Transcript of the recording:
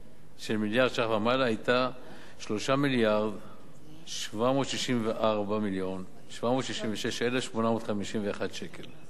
מיליארד שקלים ומעלה היתה 3 מיליארד ו-764 מיליון ו-763,851 שקלים.